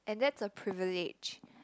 and that's a privilege